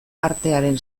artearen